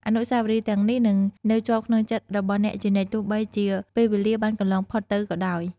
អនុស្សាវរីយ៍ទាំងនេះនឹងនៅជាប់ក្នុងចិត្តរបស់អ្នកជានិច្ច ទោះបីជាពេលវេលាបានកន្លងផុតទៅក៏ដោយ។